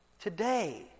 Today